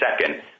second